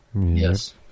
Yes